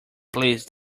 please